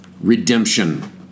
redemption